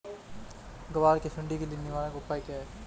ग्वार की सुंडी के लिए निवारक उपाय क्या है?